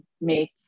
make